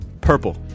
Purple